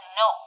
no